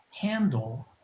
handle